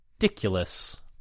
ridiculous